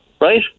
Right